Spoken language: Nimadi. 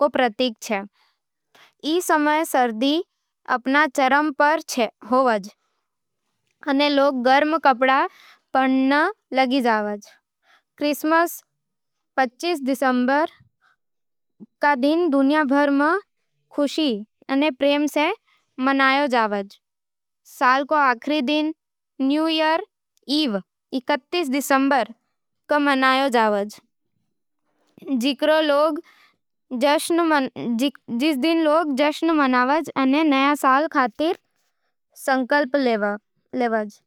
रो प्रतीक छे। ई समय सर्दी अपन चरम पर होवे, अने लोग गर्म कपड़ा पहरण लागे। क्रिसमस पच्चीस दिसंबर दुनियाभर में खुशी अने प्रेम सै मनावै जावे छे। साल रो आखिरी दिन न्यू ईयर ईव इकतीस दिसंबर खास होवे, जिकरो लोग जश्न मनावै अने नए साल खातर संकल्प लेवज।